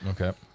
Okay